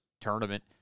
tournament